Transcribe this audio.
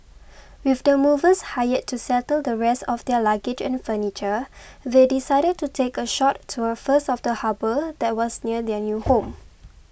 with the movers hired to settle the rest of their luggage and furniture they decided to take a short tour first of the harbour that was near their new home